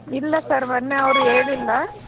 ಇಲ್ಲ ಸರ್ ಮೊನ್ನೆ ಅವರು ಹೇಳಿಲ್ಲ